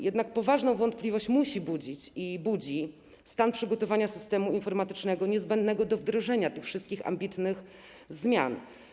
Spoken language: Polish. Jednak poważną wątpliwość musi budzić i budzi stan przygotowania systemu informatycznego, niezbędnego do wdrożenia tych wszystkich ambitnych zmian.